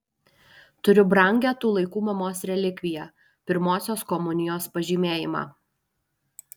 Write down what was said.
turiu brangią tų laikų mamos relikviją pirmosios komunijos pažymėjimą